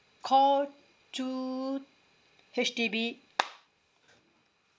call two H_D_B